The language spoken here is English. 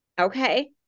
Okay